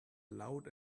loud